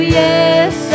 yes